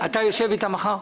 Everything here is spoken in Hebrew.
תשב איתם מחר?